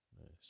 Nice